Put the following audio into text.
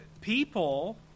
people